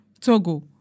Togo